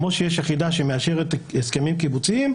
כמו שיש יחידה שמאשרת הסכמים קיבוציים,